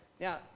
now